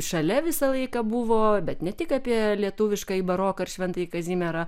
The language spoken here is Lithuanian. šalia visą laiką buvo bet ne tik apie lietuviškąjį baroką ir šventąjį kazimierą